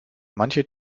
manche